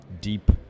deep